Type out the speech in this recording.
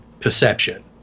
perception